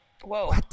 Whoa